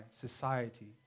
society